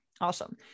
Awesome